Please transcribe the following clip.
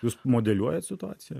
jūs modeliuojat situaciją